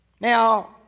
Now